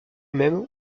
même